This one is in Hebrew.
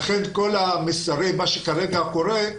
לכן מה שכרגע קורה,